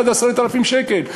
עד 10,000 שקל.